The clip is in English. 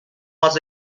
was